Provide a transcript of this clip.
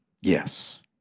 yes